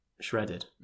shredded